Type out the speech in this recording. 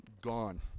Gone